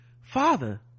Father